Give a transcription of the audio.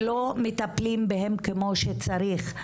ולא מטפלים בהם כמו שצריך.